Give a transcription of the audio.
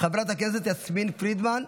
חברת הכנסת יסמין פרידמן,